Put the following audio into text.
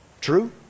True